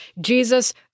Jesus